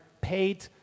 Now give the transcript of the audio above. paid